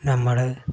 നമ്മൾ